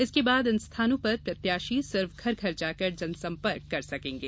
इसके बाद इन स्थानों पर प्रत्याशी सिर्फ घर घर जाकर जनसंपर्क कर सकेंगे